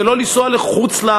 זה לא לנסוע לחוץ-לארץ,